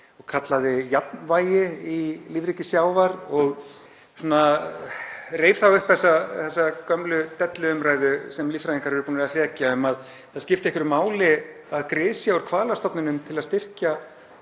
og kallaði jafnvægi í lífríki sjávar og reif þá upp þessa gömlu delluumræðu, sem líffræðingar eru búnir að hrekja, um að það skipti einhverju máli að grisja úr hvalastofninum til að styrkja